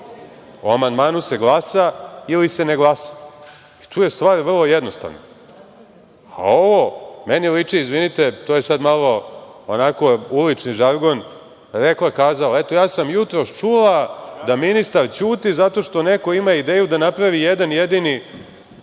O amandmanu se glasa ili se ne glasa, i tu je stvar vrlo jednostavna.A ovo meni liči, izvinite, to je sad malo onako ulični žargon, rekla-kazala. Eto ja sam jutros čula da ministar ćuti zato što neko ima ideju da napravi jedan jedini